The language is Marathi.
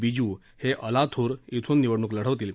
बिजू हे अलाथूर इथून निवडणूक लढवतील